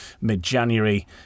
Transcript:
mid-January